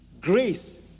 Grace